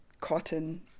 cotton